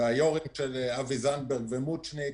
אבי זנדברג ומוצ'ניק.